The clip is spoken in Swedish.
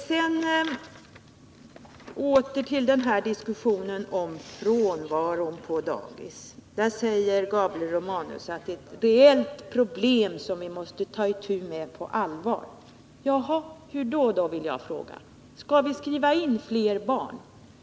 Sedan åter till diskussionen om frånvaron på dagis. Gabriel Romanus säger att det är ett reellt problem, som vi måste ta itu med på allvar. Hur då? vill jag fråga. Skall vi skriva in fler barn?